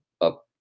up